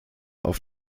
auf